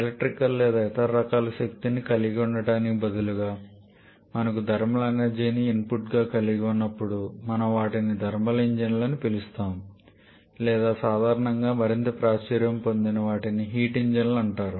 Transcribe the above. electrical లేదా ఇతర రకాల శక్తిని కలిగి ఉండటానికి బదులుగా మనకు థర్మల్ ఎనర్జీని ఇన్పుట్గా కలిగి ఉన్నప్పుడు మనము వాటిని థర్మల్ ఇంజన్లు అని పిలుస్తాము లేదా సాధారణంగా మరింత ప్రాచుర్యం పొందిన వాటిని హీట్ ఇంజన్లు అంటారు